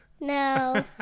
No